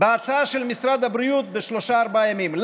בהצעה של משרד הבריאות בשלושה-ארבעה ימים.